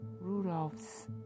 Rudolph's